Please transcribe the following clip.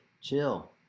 Chill